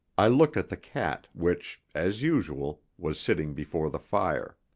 i looked at the cat, which, as usual, was sitting before the fire.